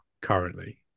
currently